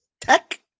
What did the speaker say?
Tech